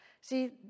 See